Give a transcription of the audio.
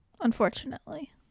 Unfortunately